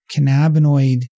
cannabinoid